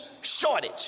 shortage